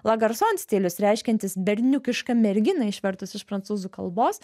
lagarson stilius reiškiantis berniukišką merginą išvertus iš prancūzų kalbos